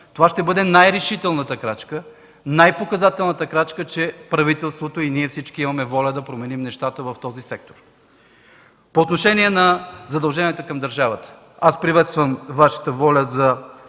Това ще бъде най-решителната крачка, най-показателната крачка, че правителството и всички ние имаме воля да променим нещата в този сектор. По отношение на задълженията към държавата приветствам Вашата воля за